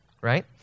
right